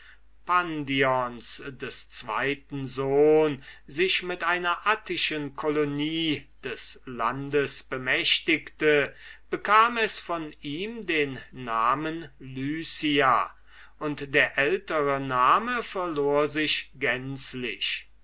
pandions des zweiten sohn sich mit einer attischen colonie des landes bemächtigte bekam es von ihm den namen lycia und der ältere name verlor sich gänzlich